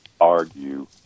argue